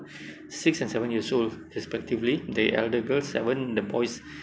six and seven years old respectively the elder girl seven the boys